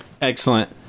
excellent